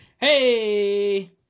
hey